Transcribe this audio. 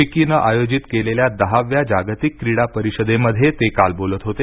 फिक्कीनं आयोजित केलेल्या दहाव्या जागतिक क्रीडा परिषदेमध्ये ते काल बोलत होते